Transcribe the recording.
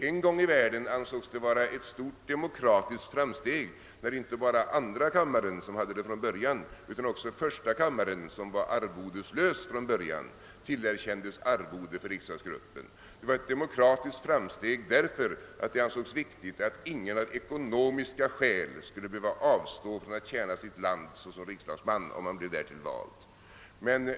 En gång ansågs det vara ett stort demokratiskt framsteg när inte bara andra kammaren, som fick arvode från början, utan också första kammaren, som först var utan, tillerkändes arvode för riksdagsuppdraget. Det var ett demokratiskt framsteg, därför att det ansågs viktigt att ingen av ekonomiska skäl skulle behöva avstå från att tjäna sitt land som riksdagaman, om han blev därtill vald.